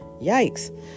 Yikes